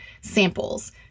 samples